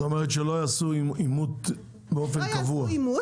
את מתכוונת שלא יעשו אימות באופן קבוע,